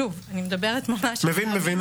משפחות החטופים והנעדרים.